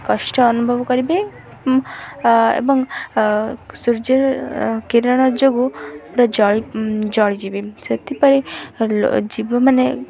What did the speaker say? କଷ୍ଟ ଅନୁଭବ କରିବେ ଏବଂ ସୂର୍ଯ୍ୟର କିରଣ ଯୋଗୁଁ ପୁରା ଜଳି ଜଳିଯିବେ ସେଥିପାଇଁ ଜୀବମାନେ